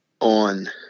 on